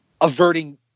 averting